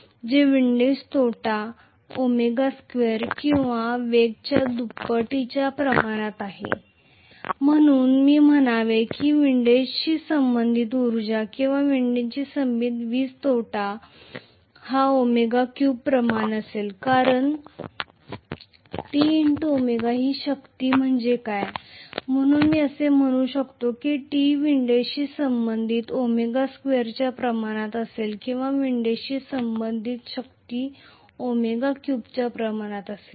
तर विंडिज तोटा ω२ किंवा वेग २ च्या प्रमाणात आहे म्हणून मी म्हणावे की विंडीजशी संबंधित उर्जा किंवा विंडीजशी संबंधित वीज तोटा ω3 प्रमाण असेल कारण T ω ही शक्ती म्हणजे काय म्हणून मी असे म्हणू शकतो की T विंडिजशी संबंधित ω2 च्या प्रमाणात असेल किंवा विंडीजशी संबंधित शक्ती ω3 च्या प्रमाणात असेल